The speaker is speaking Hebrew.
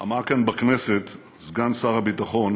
אמר כאן בכנסת סגן שר הביטחון